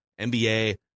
NBA